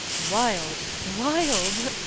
wild, wild.